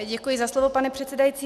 Děkuji za slovo, pane předsedající.